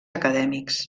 acadèmics